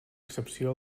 excepció